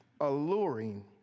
alluring